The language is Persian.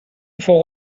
فوق